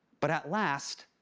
but at last.